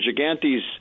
Gigante's